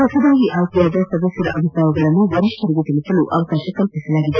ಹೊಸದಾಗಿ ಆಯ್ಲೆಯಾದ ಸದಸ್ನರ ಅಭಿಪ್ರಾಯಗಳನ್ನು ವರಿಷ್ಠರಿಗೆ ತಿಳಿಸಲು ಅವಕಾಶ ಮಾಡಿಕೊಡಲಾಗಿದೆ